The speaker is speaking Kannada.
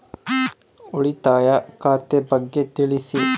ಉಳಿತಾಯ ಖಾತೆ ಬಗ್ಗೆ ತಿಳಿಸಿ?